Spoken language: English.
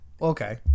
Okay